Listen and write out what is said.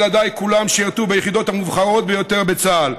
ילדיי כולם שירתו ביחידות המובחרות ביותר בצה"ל,